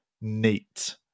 neat